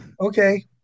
Okay